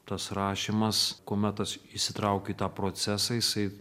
tas rašymas kuomet tas įsitraukiu į tą procesą jisai